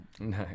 No